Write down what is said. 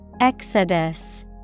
Exodus